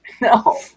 no